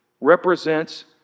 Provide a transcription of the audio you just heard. represents